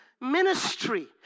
Ministry